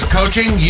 Coaching